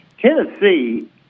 Tennessee